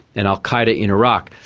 and al qaeda in iraq,